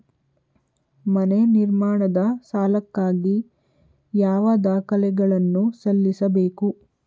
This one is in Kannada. ಮನೆ ನಿರ್ಮಾಣದ ಸಾಲಕ್ಕಾಗಿ ಯಾವ ದಾಖಲೆಗಳನ್ನು ಸಲ್ಲಿಸಬೇಕು?